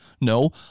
No